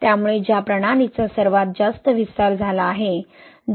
त्यामुळे ज्या प्रणालीचा सर्वात जास्त विस्तार झाला आहे